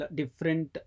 different